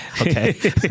Okay